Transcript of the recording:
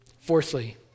Fourthly